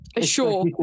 Sure